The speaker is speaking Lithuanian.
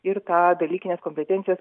ir tą dalykinės kompetencijos